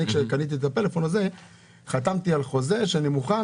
כשקניתי את הפלאפון הזה חתמתי על חוזה שאני מוכן